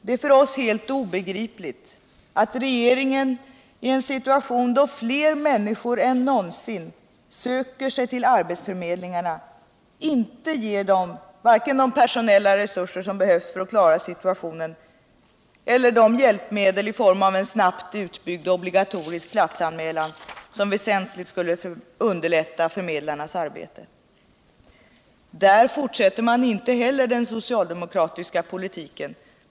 Det är för oss helt obegripligt att regeringen, i en situation då fter människor än någonsin söker sig till arbetsförmedlingarna, inte ger förmedlingarna vare sig de personliga resurser som behövs för att klara situationen eller de hjälpmedel i form av snabbt utbyggd obligatorisk plutsanmälan som väsentligt skulle underlätta förmedlarnas arbete. Därvidlag fortsätter man inte heller den socialdemokraviska politiken.